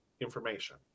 information